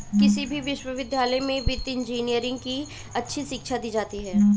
किसी भी विश्वविद्यालय में वित्तीय इन्जीनियरिंग की अच्छी शिक्षा दी जाती है